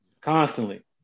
Constantly